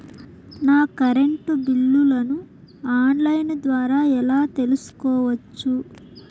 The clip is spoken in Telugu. నా కరెంటు బిల్లులను ఆన్ లైను ద్వారా ఎలా తెలుసుకోవచ్చు?